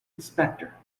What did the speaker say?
inspector